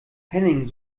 henning